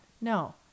No